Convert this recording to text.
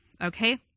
okay